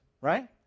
right